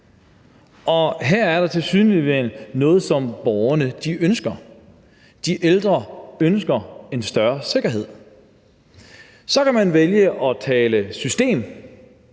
og her er der tilsyneladende noget, som borgerne ønsker. De ældre ønsker en større sikkerhed. Så kan man vælge at tale system